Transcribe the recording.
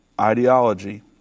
ideology